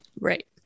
Right